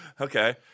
Okay